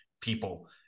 people